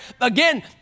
Again